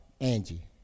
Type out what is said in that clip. Angie